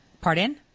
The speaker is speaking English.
Pardon